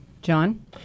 John